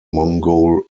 mongol